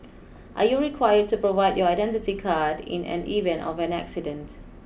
are you required to provide your identity card in an event of an accident